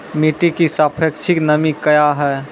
मिटी की सापेक्षिक नमी कया हैं?